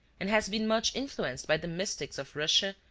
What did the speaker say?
and has been much influenced by the mystics of russia,